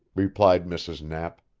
replied mrs. knapp.